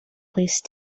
placed